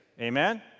Amen